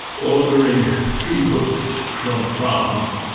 ordering three books from france,